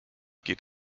geht